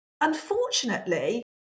Unfortunately